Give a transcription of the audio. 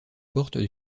portes